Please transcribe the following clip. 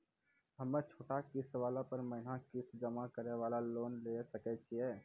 हम्मय छोटा किस्त वाला पर महीना किस्त जमा करे वाला लोन लिये सकय छियै?